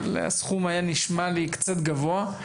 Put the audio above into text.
אבל הסכום היה נשמע לי קצת גבוה.